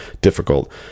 difficult